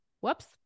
whoops